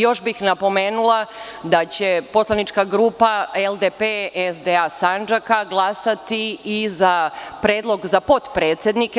Još bih napomenula da će poslanička grupa LDP-SDA Sandžaka glasati i za predlog za potpredsednike.